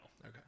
Okay